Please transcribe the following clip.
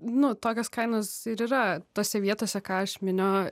nu tokios kainos ir yra tose vietose ką aš miniu